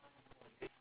smart